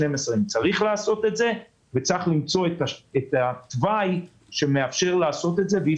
צריך למצוא את התוואי שמאפשר לעשות את זה ואי